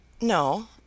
No